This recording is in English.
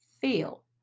feel